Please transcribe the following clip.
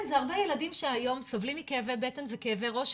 זה הרבה ילדים שהיום סובלים מכאבי בטן וכאבי ראש,